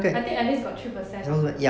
I take at least got three percent [what]